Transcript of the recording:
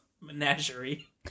Menagerie